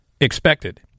expected